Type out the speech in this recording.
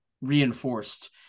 reinforced